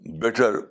better